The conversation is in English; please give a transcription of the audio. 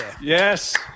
Yes